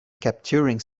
capturing